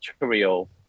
material